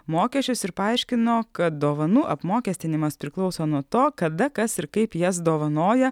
mokesčius ir paaiškino kad dovanų apmokestinimas priklauso nuo to kada kas ir kaip jas dovanoja